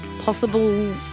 possible